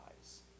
eyes